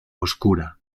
oscura